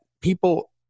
people